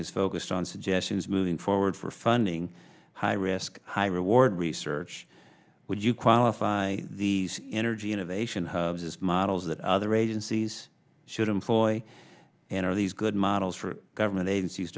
hearing is focused on suggestions moving forward for funding high risk high reward research would you qualify the energy innovation hubs as models that other agencies should employ and are these good models for government